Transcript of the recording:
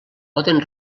poden